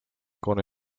con